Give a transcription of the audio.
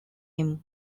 him